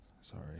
sorry